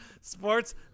sports